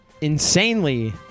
insanely